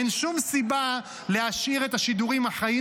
אין שום סיבה להשאיר את השידורים החיים